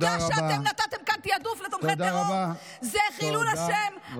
העובדה שאתם נתתם כאן תיעדוף לתומכי טרור זה חילול השם.